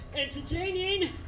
entertaining